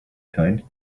kind